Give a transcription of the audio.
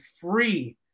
free